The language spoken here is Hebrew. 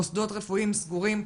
מוסדות רפואיים סגורים.